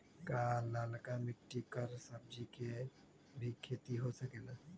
का लालका मिट्टी कर सब्जी के भी खेती हो सकेला?